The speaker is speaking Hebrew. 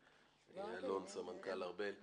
סמנכ"ל ארב"ל.